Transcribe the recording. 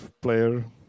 player